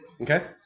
okay